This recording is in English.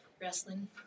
Wrestling